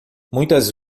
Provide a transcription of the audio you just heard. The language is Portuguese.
muitas